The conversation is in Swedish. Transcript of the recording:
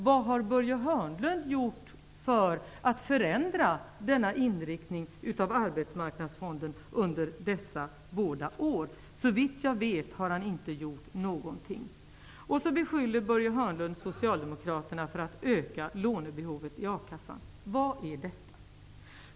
Vad har Börje Hörnlund gjort för att förändra denna inriktning av Arbetsmarknadsfonden under dessa båda år? Såvitt jag vet har han inte gjort något. Vidare beskyller Börje Hörnlund Socialdemokraterna för att öka lånebehovet i akassan. Vad är detta?